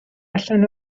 allan